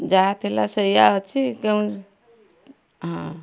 ଯାହାଥିଲା ସେଇୟା ଅଛି କେଉଁଝ ହଁ